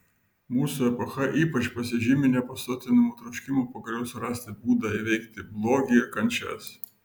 mūsų epocha ypač pasižymi nepasotinamu troškimu pagaliau surasti būdą įveikti blogį ir kančias